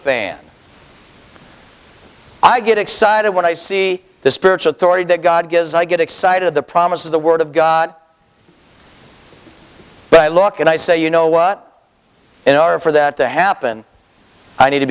fan i get excited when i see the spiritual authority that god gives i get excited at the promise of the word of god but i look and i say you know what in order for that to happen i need to